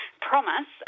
promise